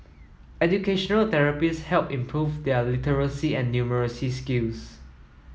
educational therapists helped improve their literacy and numeracy skills